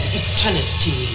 eternity